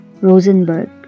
Rosenberg